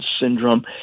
syndrome